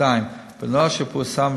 2. בנוהל שפורסם,